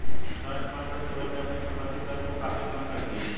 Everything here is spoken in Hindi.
ट्रस्ट फण्ड से सूरज ने अपने संपत्ति कर को काफी कम कर दिया